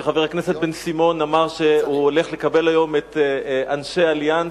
כאשר חבר הכנסת בן-סימון אמר שהוא הולך לקבל היום את אנשי "אליאנס",